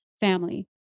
family